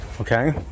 Okay